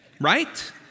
Right